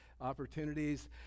opportunities